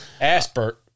Asper